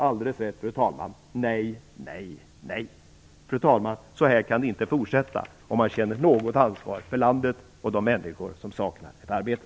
Om man känner något ansvar för landet och de människor som saknar arbete står det klart att så här kan det inte fortsätta.